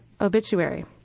obituary